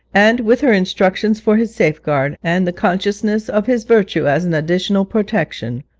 and, with her instructions for his safeguard, and the consciousness of his virtue as an additional protection,